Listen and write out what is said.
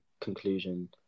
conclusion